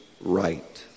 right